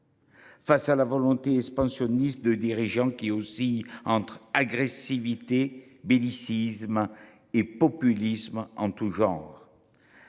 face à la volonté expansionniste de dirigeants qui oscillent entre agressivité, bellicisme et populismes en tous genres.